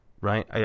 right